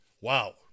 wow